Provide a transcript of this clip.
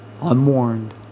unwarned